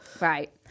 Right